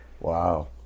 Wow